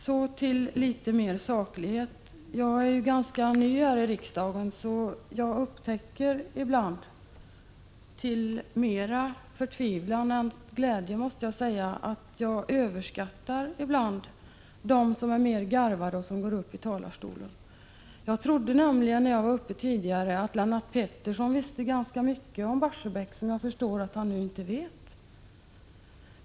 Så litet mer saklighet: Jag är ganska ny här i riksdagen, och jag upptäcker ibland, mera till min förtvivlan än till min glädje, att jag då och då överskattar mer garvade ledamöter som går upp i talarstolen. Jag trodde nämligen, när jag var uppe i talarstolen, att Lennart Pettersson visste ganska mycket om Barsebäck. Jag förstår nu att han inte gör det.